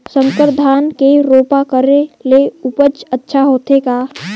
संकर धान के रोपा करे ले उपज अच्छा होथे का?